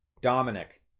dominic